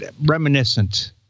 reminiscent